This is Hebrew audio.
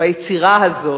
ביצירה הזאת,